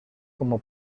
como